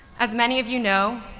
as many of you know,